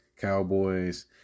Cowboys